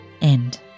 end